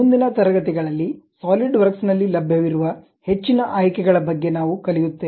ಮುಂದಿನ ತರಗತಿಗಳಲ್ಲಿ ಸಾಲಿಡ್ವರ್ಕ್ಸ್ ನಲ್ಲಿ ಲಭ್ಯವಿರುವ ಹೆಚ್ಚಿನ ಆಯ್ಕೆಗಳ ಬಗ್ಗೆ ನಾವು ಕಲಿಯುತ್ತೇವೆ